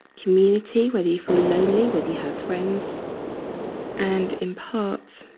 community, whether you feel lonely, whether you have friends and in part